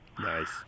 Nice